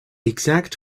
exact